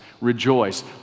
Rejoice